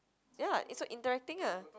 ya it's so interacting lah